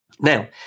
Now